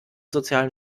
sozialen